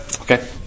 Okay